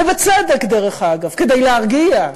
ובצדק, דרך אגב, כדי להרגיע.